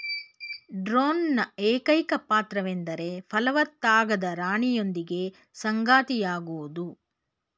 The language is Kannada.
ಡ್ರೋನ್ನ ಏಕೈಕ ಪಾತ್ರವೆಂದರೆ ಫಲವತ್ತಾಗದ ರಾಣಿಯೊಂದಿಗೆ ಸಂಗಾತಿಯಾಗೋದು